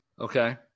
Okay